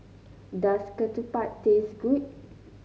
does ketupat taste good